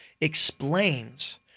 explains